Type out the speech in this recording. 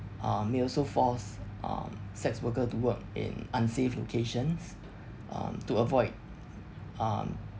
um it also force um sex worker to work in unsafe locations um to avoid um